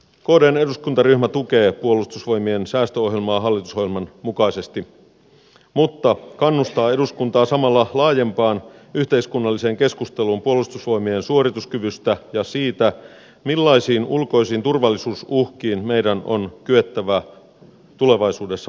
kdn eduskuntaryhmä tukee puolustusvoimien säästöohjelmaa hallitusohjelman mukaisesti mutta kannustaa eduskuntaa samalla laajempaan yhteiskunnalliseen keskusteluun puolustusvoimien suorituskyvystä ja siitä millaisiin ulkoisiin turvallisuusuhkiin meidän on kyettävä tulevaisuudessa varautumaan